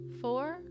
four